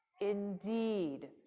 Indeed